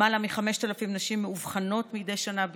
למעלה מ-5,000 נשים מאובחנות מדי שנה בישראל,